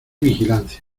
vigilancia